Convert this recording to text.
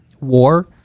war